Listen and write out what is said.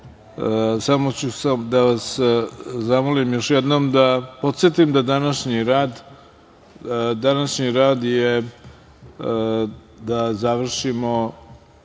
samo ću da vas zamolim još jednom i podsetim, da današnjim radom završimo